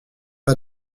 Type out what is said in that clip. pas